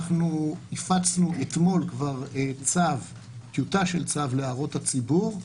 כבר אתמול הפצנו טיוטה של צו להערות לציבור,